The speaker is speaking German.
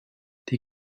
die